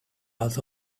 out